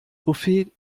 buffet